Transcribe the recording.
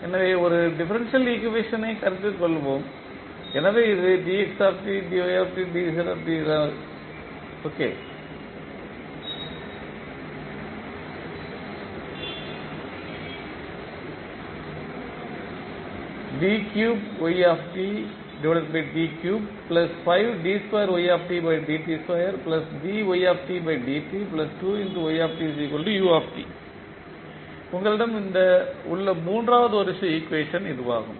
எனவே ஒரு டிஃபரன்ஷியல் ஈக்குவேஷனைக் கருத்தில் கொள்வோம் எனவே இது உங்களிடம் உள்ள மூன்றாவது வரிசை ஈக்குவேஷன் ஆகும்